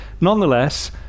nonetheless